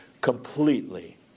completely